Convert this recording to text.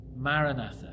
Maranatha